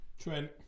Trent